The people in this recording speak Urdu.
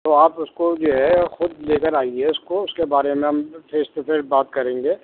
تو آپ اس کو جو ہے خود لے کر آئیے اس کو اس کے بارے میں ہم فیس ٹو فیس بات کریں گے